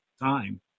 time